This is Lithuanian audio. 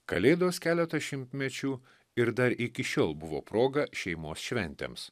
kalėdos keletą šimtmečių ir dar iki šiol buvo proga šeimos šventėms